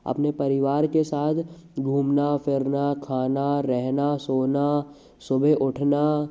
अपने परिवार के साथ घूमना फिरना खाना रहना सोना सुबह उठना